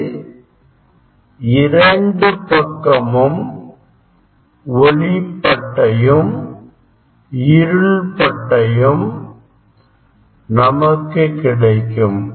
அது இரண்டு பக்கமும் ஒளி பட்டையும் இருள் பட்டையும் நமக்கு கிடைக்கும்